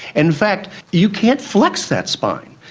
in fact, you can't flex that spine.